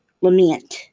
lament